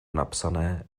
napsané